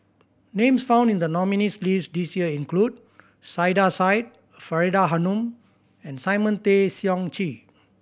names found in the nominees' list this year include Saiedah Said Faridah Hanum and Simon Tay Seong Chee